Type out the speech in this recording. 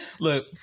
look